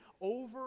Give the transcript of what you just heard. over